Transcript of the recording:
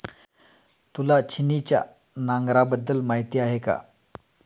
तुला छिन्नीच्या नांगराबद्दल माहिती आहे का?